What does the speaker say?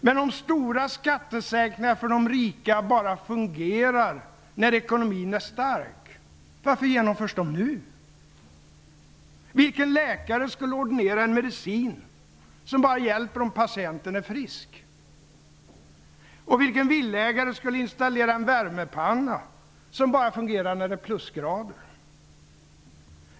Men om stora skattesänkningar för de rika bara fungerar när ekonomin är stark, varför då genomföra dem nu? Vilken läkare skulle ordinera en medicin som bara hjälper om patienten är frisk? Vilken villaägare skulle installera en värmepanna som bara fungerar när det är plusgrader?